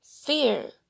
fear